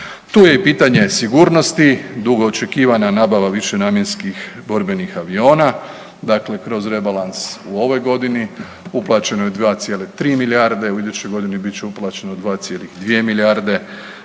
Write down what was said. Tu je i pitanje sigurnosti, dugoočekivana nabava višenamjenskih borbenih aviona, dakle kroz rebalans u ovoj godini uplaćeno je 2,3 milijarde, u idućoj godini bit će uplaćeno 2,2 milijarde,